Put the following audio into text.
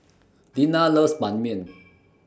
Deanna loves Ban Mian